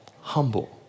humble